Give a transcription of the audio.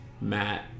Matt